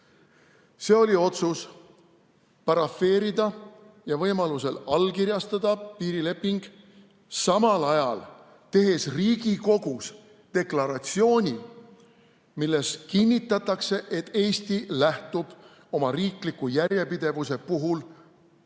See oli otsus parafeerida ja võimaluse korral allkirjastada piirileping, tehes samal ajal Riigikogus deklaratsiooni, milles kinnitatakse, et Eesti lähtub oma riikliku järjepidevuse puhul Tartu